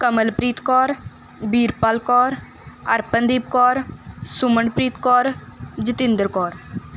Kamalpreet Kaur Birpal Kaur Arpandeep Kaur Sumanpreet Kaur Jatinder Kaur